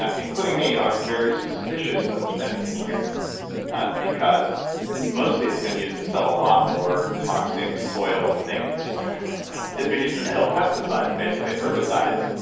ah including me, are very suspicious of genetic engineering because mostly, it's been used to sell a lot more toxic soil things it's been used to sell pesticides basically, and herbicides,